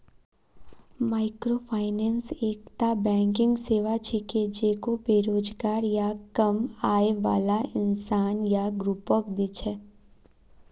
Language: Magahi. माइक्रोफाइनेंस एकता बैंकिंग सेवा छिके जेको बेरोजगार या कम आय बाला इंसान या ग्रुपक दी छेक